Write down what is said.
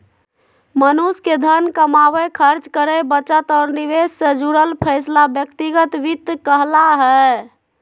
मनुष्य के धन कमावे, खर्च करे, बचत और निवेश से जुड़ल फैसला व्यक्तिगत वित्त कहला हय